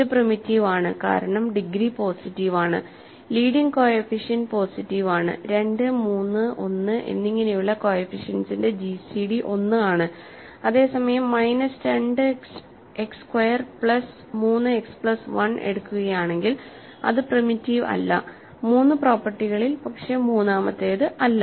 ഇത് പ്രിമിറ്റീവ് ആണ് കാരണം ഡിഗ്രി പോസിറ്റീവ് ആണ് ലീഡിങ് കോഎഫിഷ്യന്റ് പോസിറ്റീവ് ആണ് 2 3 1 എന്നിങ്ങനെയുള്ള കോഎഫിഷ്യന്റ്സിന്റെ ജിസിഡി 1 ആണ് അതേസമയം minus 2 x square plus 3 x plus 1 എടുക്കുകയാണെങ്കിൽ അത് പ്രിമിറ്റീവ് അല്ല 3 പ്രോപ്പർട്ടികളിൽ പക്ഷേ മൂന്നാമത്തേത് അല്ല